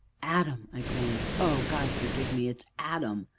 adam! i groaned. oh, god forgive me, it's adam!